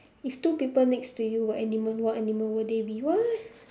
if two people next to you were animal what animal would they be what